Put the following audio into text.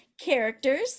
characters